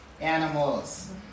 animals